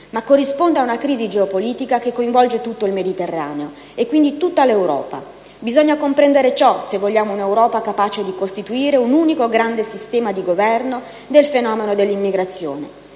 ma corrisponde ad una crisi geopolitica che coinvolge tutto il Mediterraneo, e quindi tutta l'Europa. Bisogna comprendere ciò se vogliamo un'Europa capace di costituire un unico grande sistema di governo del fenomeno dell'immigrazione.